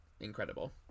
incredible